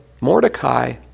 Mordecai